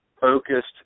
focused